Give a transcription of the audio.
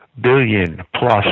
billion-plus